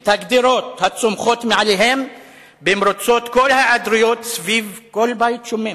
את הגדרות הצומחות מאליהן במרוצת כל ההיעדרויות סביב כל בית שומם,